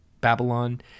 Babylon